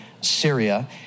Syria